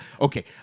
Okay